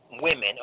women